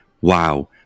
wow